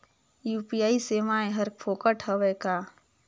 UPI सेवाएं हर फोकट हवय का?